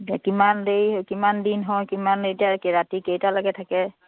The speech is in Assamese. এতিয়া কিমান দেৰি কিমান দিন হয় কিমান এতিয়া ৰাতি কেইটালৈকে থাকে